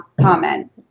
comment